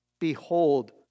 Behold